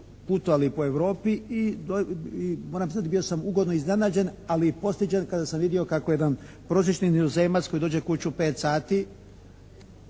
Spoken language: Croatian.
putovali po Europi i moram priznati bio sam ugodno iznenađen, ali i postiđen kada sam vidio kako jedan prosječni Nizozemac koji dođe kući u 5 sati